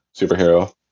superhero